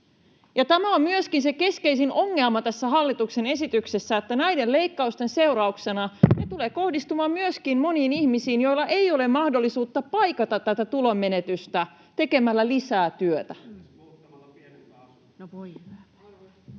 tämä on myöskin se keskeisin ongelma tässä hallituksen esityksessä, että nämä leikkaukset tulevat kohdistumaan myöskin moniin ihmisiin, joilla ei ole mahdollisuutta paikata tätä tulonmenetystä tekemällä lisää työtä. [Ben